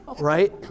right